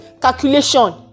calculation